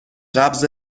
قبض